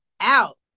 out